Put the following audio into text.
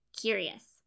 curious